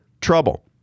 trouble